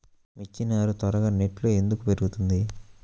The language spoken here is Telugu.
మిర్చి నారు త్వరగా నెట్లో ఎందుకు పెరుగుతుంది?